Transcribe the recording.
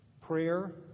Prayer